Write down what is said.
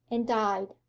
and died.